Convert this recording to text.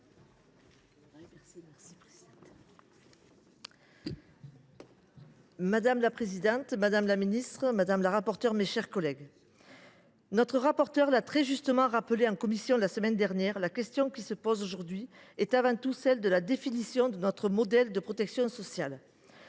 Madame la présidente, madame la ministre, mes chers collègues, notre rapporteure l’a très justement rappelé en commission la semaine dernière, la question qui se pose aujourd’hui est avant tout celle de la définition de notre modèle de protection sociale.